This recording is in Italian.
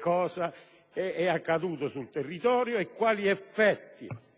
cosa è accaduto sul territorio e quali effetti